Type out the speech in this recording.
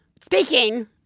Speaking